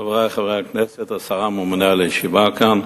חברי חברי הכנסת, השר הממונה על הישיבה כאן,